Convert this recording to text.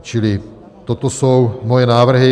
Čili toto jsou moje návrhy.